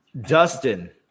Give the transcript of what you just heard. Dustin